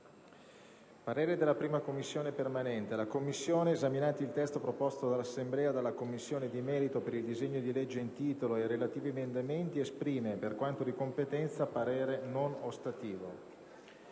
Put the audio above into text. «La 1a Commissione permanente, esaminati il testo proposto all'Assemblea dalla Commissione di merito per il disegno di legge in titolo e i relativi emendamenti, esprime, per quanto di competenza, parere non ostativo».